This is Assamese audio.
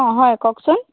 অঁ হয় কওকচোন